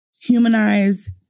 humanize